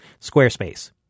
Squarespace